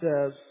says